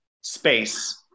space